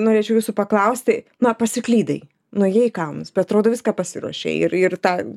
norėčiau jūsų paklausti na pasiklydai nuėjai į kalnus atrodo viską pasiruošei ir ir tą